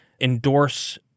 endorse